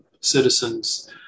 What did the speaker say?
citizens